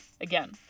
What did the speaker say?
again